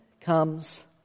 comes